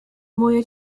moje